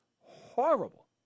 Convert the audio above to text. horrible